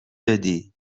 دادی